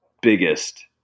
biggest